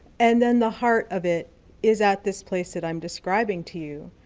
and in the heart of it is at this place that i'm describing to you,